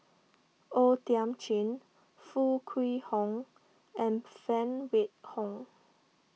O Thiam Chin Foo Kwee Horng and Phan Wait Hong